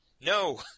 No